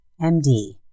MD